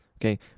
okay